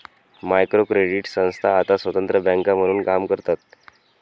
micro credit संस्था आता स्वतंत्र बँका म्हणून काम करतात